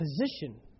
position